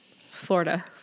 florida